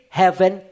heaven